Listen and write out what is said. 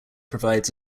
provides